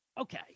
okay